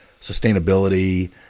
sustainability